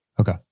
Okay